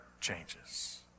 changes